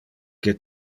que